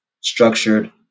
structured